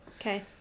Okay